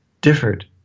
differed